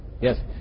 Yes